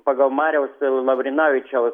pagal mariaus laurinavičiaus